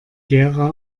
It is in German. gera